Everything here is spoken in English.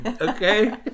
okay